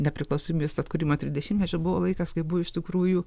nepriklausomybės atkūrimo trisdešimtmečio buvo laikas kai buvo iš tikrųjų